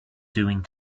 doing